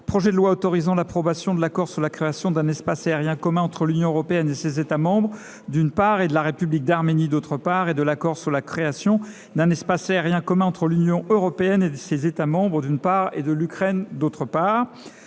projet de loi autorisant l’approbation de l’accord sur la création d’un espace aérien commun entre l’Union européenne et ses États membres, d’une part, et la République d’Arménie, d’autre part, et de l’accord sur la création d’un espace aérien commun entre l’Union européenne et ses États membres, d’une part, et l’Ukraine, d’autre part